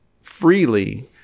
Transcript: freely